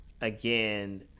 again